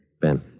Ben